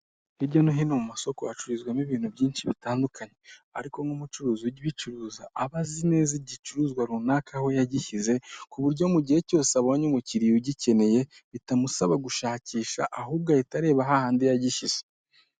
Hirya no hino mu masoko hacururizwamo ibintu byinshi bitandukanye ariko nk'umucuruzi ujya ubicuruza aba azi neza igicuruzwa runaka aho yagishyize ku buryo mu gihe cyose abonye umukiriya ugikeneye bitamusaba gushakisha ahubwo ahita areba hahandi yagishyize.